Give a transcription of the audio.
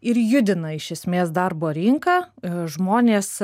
ir judina iš esmės darbo rinką žmonės